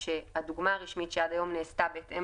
שהדוגמה הרשמית שעד היום נעשתה בהתאם